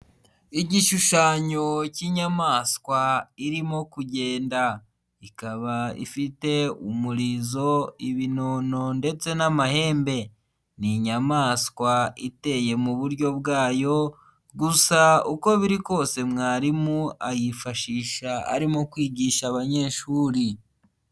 Igishushanyo cy'inyamaswa irimo kugenda, ikaba ifite umurizo ibinono ndetse n'amahembe, ni inyamaswa iteye mu buryo bwayo, gusa uko biri kose mwarimu ayifashisha arimo kwigisha abanyeshuri.